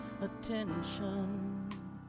attention